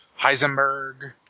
Heisenberg